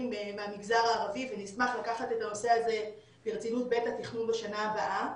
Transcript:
מהמגזר הערבי ונשמח לקחת את הנושא הזה ברצינות בעת התכנון בשנה הבאה.